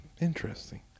interesting